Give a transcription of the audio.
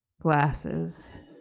glasses